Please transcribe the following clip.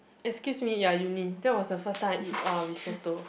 excuse me ya uni that was the first time I eat uh risotto